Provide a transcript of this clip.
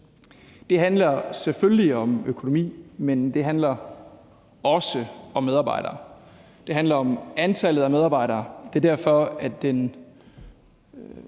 Det handler selvfølgelig om økonomi, men det handler også om medarbejdere. Det handler om antallet af medarbejdere,